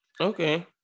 Okay